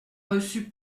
reçu